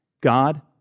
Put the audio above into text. God